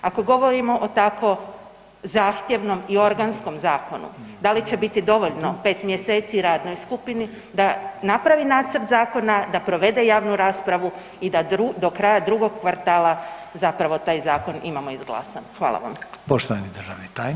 Ako govorimo o tako zahtjevnom i organskom zakonu, da li će biti dovoljno 5 mjeseci radnoj skupini da napravi nacrt zakona, da provede javnu raspravu i da do kraja drugog kvartala zapravo taj zakon imamo izglasan.